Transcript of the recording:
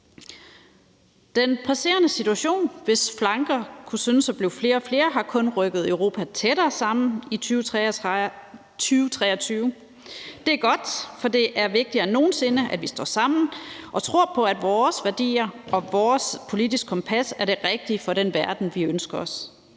Den presserende situation, hvis flanker kunne synes at blive flere og flere, har kun rykket Europa tættere sammen i 2023. Det er godt, for det er vigtigere end nogen sinde, at vi står sammen og tror på, at vores værdier og vores politiske kompas er det rigtige for den verden, vi ønsker os.